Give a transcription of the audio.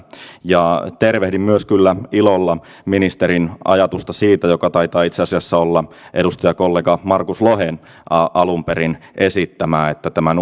ja tervehdin kyllä ilolla ministerin ajatusta siitä joka taitaa itse asiassa olla edustajakollega markus lohen alun perin esittämä että tämän